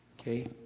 Okay